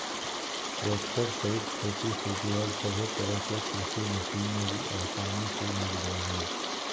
tractor सहित खेती से जुड़ल सभे तरह के कृषि मशीनरी आसानी से मिल जा हइ